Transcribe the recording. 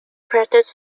credits